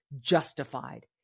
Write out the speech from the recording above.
justified